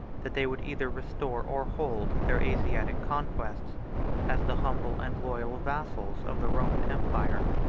that they would either restore, or hold, their asiatic conquests as the humble and loyal vassals of the roman empire.